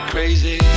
Crazy